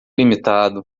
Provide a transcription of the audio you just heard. limitado